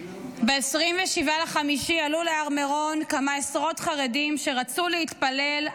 ב-27 במאי עלו להר מירון כמה עשרות חרדים שרצו להתפלל,